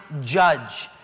judge